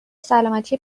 سلامتی